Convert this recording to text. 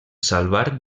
salvar